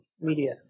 Media